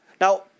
Now